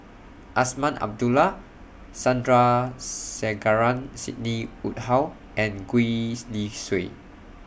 Azman Abdullah Sandrasegaran Sidney Woodhull and Gwee's Li Sui